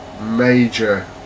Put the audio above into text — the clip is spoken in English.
major